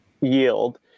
yield